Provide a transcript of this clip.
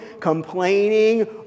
complaining